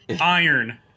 Iron